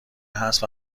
هست